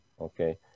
okay